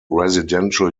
residential